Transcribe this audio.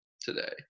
today